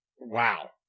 wow